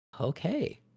okay